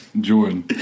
Jordan